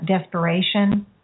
desperation